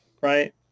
Right